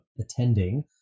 attending